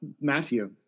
matthew